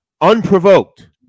unprovoked